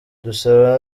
dusaba